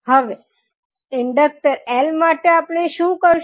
હવે inductor L માટે આપણે શું કરશું